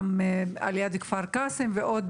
גם על יד כפר קאסם ובעוד